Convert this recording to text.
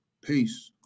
Peace